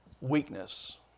weakness